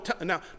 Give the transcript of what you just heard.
Now